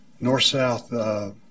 north-south